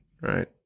right